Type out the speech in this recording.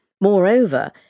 Moreover